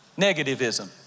negativism